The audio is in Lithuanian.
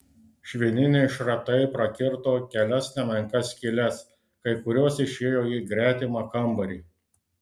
švininiai šratai prakirto kelias nemenkas skyles kai kurios išėjo į gretimą kambarį